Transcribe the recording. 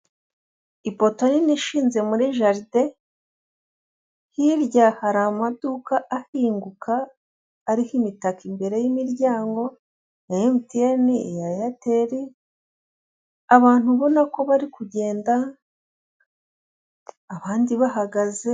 Ipoto nini ishinze muri jaride hirya hari amaduka ahinguka ariho imitaka imbere y'imiryango iya emutiyene, iya eyateri. Abantu ubona ko bari kugenda abandi bahagaze.